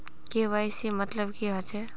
KYC मतलब की होचए?